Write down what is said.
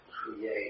create